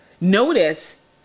Notice